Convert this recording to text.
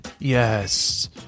Yes